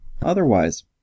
otherwise